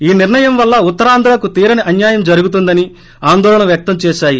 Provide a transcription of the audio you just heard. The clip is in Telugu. ఈ నిర్ణయం వల్ల ఉత్తరాంధ్రకు తీరని అన్యాయం జరుగుతుందని ఆందోళన వ్యక్తం చేశాయి